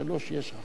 אדוני היושב-ראש,